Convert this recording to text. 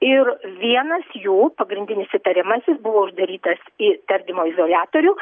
ir vienas jų pagrindinis įtariamasis buvo uždarytas į tardymo izoliatorių